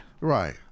right